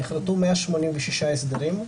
נכרתו 186 הסדרים,